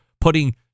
putting